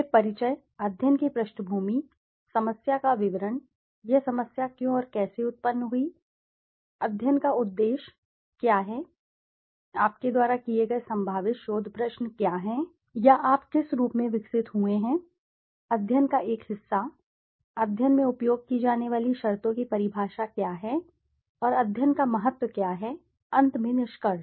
फिर परिचय अध्ययन की पृष्ठभूमि समस्या का विवरण यह समस्या क्यों और कैसे उत्पन्न हुई अध्ययन का उद्देश्य और उद्देश्य क्या है आपके द्वारा किए गए संभावित शोध प्रश्न क्या हैं या आप किस रूप में विकसित हुए हैं अध्ययन का एक हिस्सा अध्ययन में उपयोग की जाने वाली शर्तों की परिभाषा क्या है और अध्ययन का महत्व क्या है अंत में निष्कर्ष